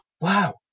wow